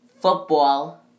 football